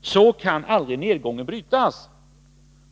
Så kan aldrig nedgången brytas.